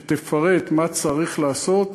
שתפרט מה צריך לעשות,